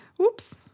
oops